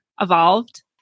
evolved